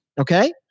Okay